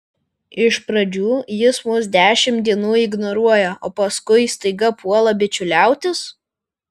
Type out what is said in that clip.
iš pradžių jis mus dešimt dienų ignoruoja o paskui staiga puola bičiuliautis